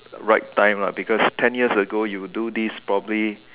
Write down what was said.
right time lah because ten years ago you do this probably